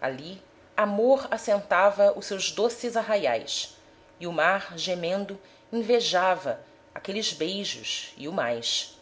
ali amor assentava os seus doces arraiais e o mar gemendo invejava aqueles beijos e o mais